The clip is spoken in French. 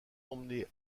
emmené